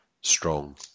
strong